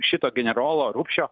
šito generolo rupšio